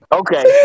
okay